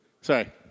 Sorry